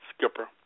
Skipper